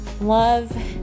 Love